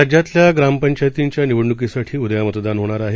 राज्यातल्याग्रामपंचायतीच्यानिवडणुकीसाठीउद्यामतदानहोणारआहे